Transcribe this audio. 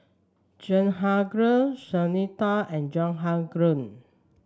Jehangirr Sunita and Jehangirr